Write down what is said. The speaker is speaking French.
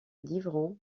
livron